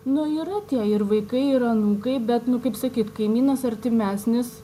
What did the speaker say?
nu yra tie ir vaikai ir anūkai bet nu kaip sakyt kaimynas artimesnis